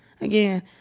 again